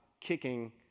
kicking